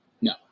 No